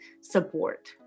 support